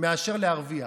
מאשר להרוויח.